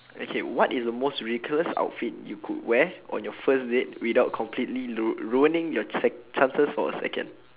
okay what is the most ridiculous outfit you could wear on your first date without completely ru~ ruining your sec~ chances for a second